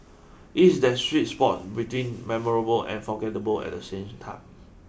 it is that sweet spot between memorable and forgettable at the same time